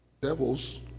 Devils